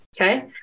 Okay